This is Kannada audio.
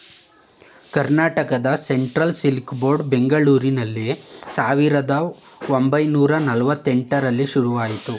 ಕರ್ನಾಟಕ ಸೆಂಟ್ರಲ್ ಸಿಲ್ಕ್ ಬೋರ್ಡ್ ಬೆಂಗಳೂರಿನಲ್ಲಿ ಸಾವಿರದ ಒಂಬೈನೂರ ನಲ್ವಾತ್ತೆಂಟರಲ್ಲಿ ಶುರುವಾಯಿತು